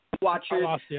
watchers